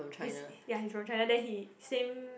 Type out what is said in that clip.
he's ya he's from China then he same